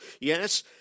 yes